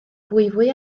fwyfwy